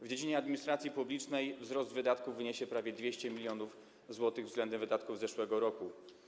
W dziedzinie administracji publicznej wzrost wydatków wyniesie prawie 200 mln zł względem wydatków z zeszłego roku.